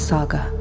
Saga